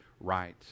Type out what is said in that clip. right